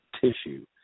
tissue